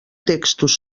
textos